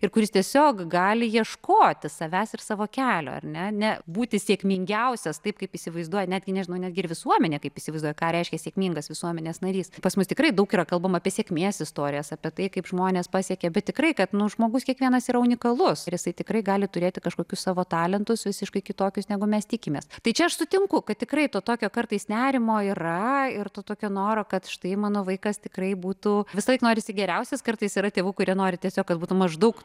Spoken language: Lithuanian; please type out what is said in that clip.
ir kuris tiesiog gali ieškoti savęs ir savo kelio ar ne ne būti sėkmingiausias taip kaip įsivaizduoja netgi nežinau netgi visuomenė kaip įsivaizduoja ką reiškia sėkmingas visuomenės narys pas mus tikrai daug yra kalbama apie sėkmės istorijas apie tai kaip žmonės pasiekė bet tikrai kad nu žmogus kiekvienas yra unikalus jisai tikrai gali turėti kažkokius savo talentus visiškai kitokius negu mes tikimės tai čia aš sutinku kad tikrai to tokio kartais nerimo yra ir to tokio noro kad štai mano vaikas tikrai būtų visąlaik norisi geriausias kartais yra tėvų kurie nori tiesiog kad būtų maždaug